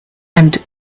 and